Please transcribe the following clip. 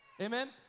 Amen